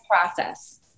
Process